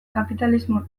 kapitalismo